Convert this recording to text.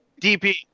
dp